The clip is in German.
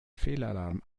fehlalarm